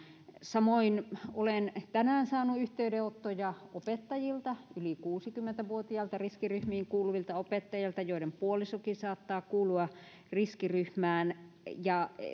samoin olen tänään saanut yhteydenottoja yli kuusikymmentä vuotiailta riskiryhmiin kuuluvilta opettajilta joiden puolisokin saattaa kuulua riskiryhmään